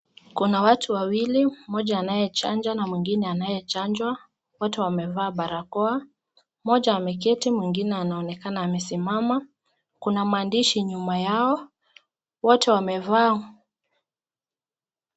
Kuna watu wawili, moja anayechanja na mwingine anayechanjwa wote wamevaa barakoa, moja ameketi mwingine anaonekana amesimama. Kuna maandishi nyuma yao, wote wamevaa.